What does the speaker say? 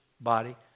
body